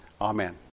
Amen